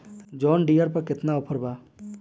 John Deere पर केतना offer बा?